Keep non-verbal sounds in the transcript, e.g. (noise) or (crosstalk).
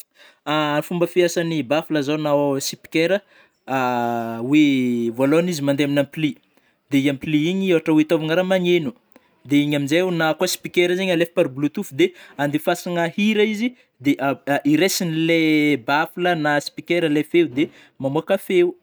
(hesitation) Fomba fiasan'ny baffle zao na ô speaker a (hesitation) oe (hesitation) vôlôhagny izy mandeha amin'ampli de I ampli igny ôhatra oe atôvigna rah magneno de igny amnjaio na koa speaker igny zegny alefa par bluetooth de andifasagna hira izy de a (hesitation) iraisignle baffle na speaker le feo de mamoaka feo.